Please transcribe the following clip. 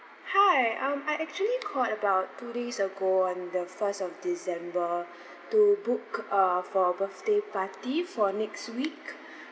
hi um I actually called about two days ago on the first of december to book uh for birthday party for next week